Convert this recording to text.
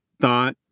thought